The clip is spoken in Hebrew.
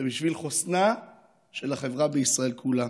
בשביל חוסנה של החברה בישראל כולה.